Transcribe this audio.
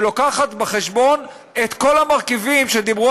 שמביאה בחשבון את כל המרכיבים שדיברו